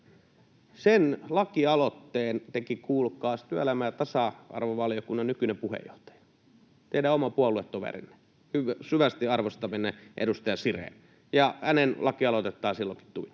sen lakialoitteen teki, kuulkaas, työelämä- ja tasa-arvovaliokunnan nykyinen puheenjohtaja, teidän oma puoluetoverinne, syvästi arvostamani edustaja Sirén, ja hänen lakialoitettaan silloinkin tuin.